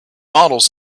models